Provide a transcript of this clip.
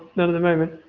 not at the moment,